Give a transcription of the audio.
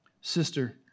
Sister